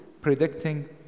predicting